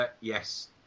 Yes